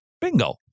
Bingo